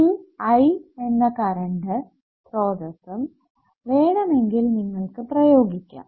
ഒരു I എന്ന current സ്രോതസ്സും വേണമെങ്കിൽ നിങ്ങൾക്ക് പ്രയോഗിക്കാം